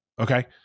okay